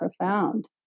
profound